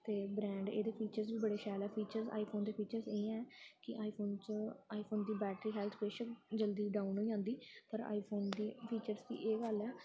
ते ब्रैंड एह्दे फीचर्स बी बड़े शैल ऐ फीचर आई फोन दे फीचर एह् ऐ कि आई फोन च दी आई फोन दी बैटरी हैल्थ कुछ जल्दी डाउन होई जंदी पर आई फोन दे फीचर्स दी एह् गल्ल ऐ